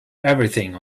everything